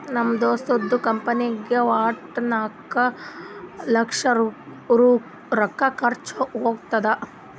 ನಮ್ ದೋಸ್ತದು ಕಂಪನಿನಾಗ್ ವಟ್ಟ ನಾಕ್ ಲಕ್ಷ ರೊಕ್ಕಾ ಖರ್ಚಾ ಹೊತ್ತುದ್